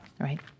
right